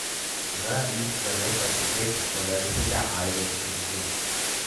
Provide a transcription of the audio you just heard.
na jūs vienaip ar kitaip pavergsite aibes širdžių